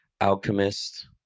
alchemist